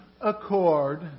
accord